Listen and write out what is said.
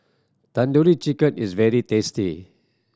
Tandoori Chicken is very tasty